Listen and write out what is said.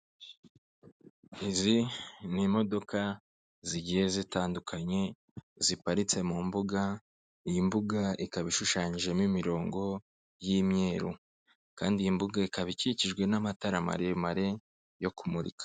Izi ni imodoka zigiye zitandukanye, ziparitse mu mbuga, iyi mbuga ikaba ishushanyijemo imirongo y'imyeru kandi iyi mbuga ikaba ikikijwe n'amatara maremare yo kumurika.